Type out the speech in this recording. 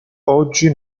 oggi